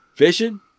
fishing